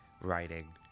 writing